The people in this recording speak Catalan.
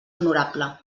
honorable